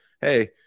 Hey